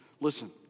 Listen